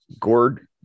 Gord